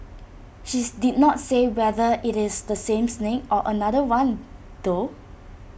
she did not say whether IT is the same snake or A different one though